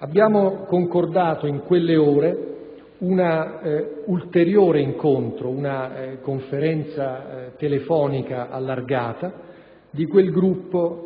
Abbiamo concordato in quelle ore un ulteriore incontro, una conferenza telefonica allargata del gruppo